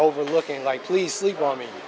over looking like please leave on me